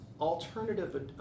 alternative